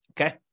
Okay